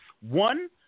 One